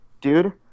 Dude